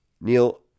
neil